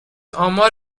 آمار